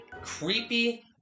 creepy